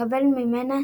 ולקבל ממנה